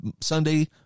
Sunday